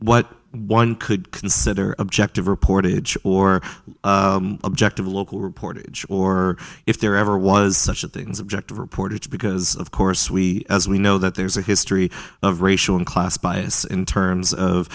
what one could consider objective reportage or objective local reportage or if there ever was such a thing as objective reportage because of course we as we know that there's a history of racial and class bias in terms of